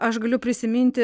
aš galiu prisiminti